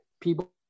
people